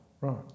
Right